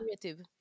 creative